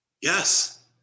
Yes